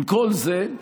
עם כל זה,